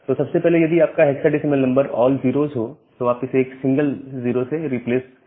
तो सबसे पहले यदि आपका हेक्साडेसिमल नंबर ऑल 0s हो तो आप इसे एक सिंगल 0 से रिप्लेस कर सकते हैं